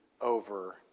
over